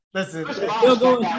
Listen